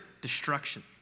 destruction